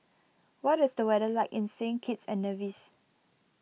what is the weather like in Saint Kitts and Nevis